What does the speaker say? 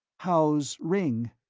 how's ringg?